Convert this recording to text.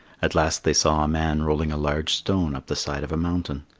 at last they saw a man rolling a large stone up the side of a mountain.